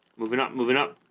moving up moving up